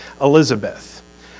Elizabeth